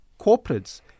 corporates